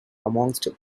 amongst